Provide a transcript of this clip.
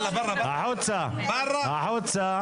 החוצה, ברא.